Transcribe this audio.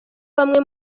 bamwe